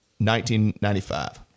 1995